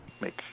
make